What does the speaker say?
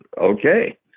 Okay